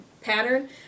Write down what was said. pattern